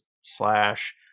slash